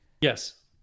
Yes